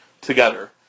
together